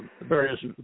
various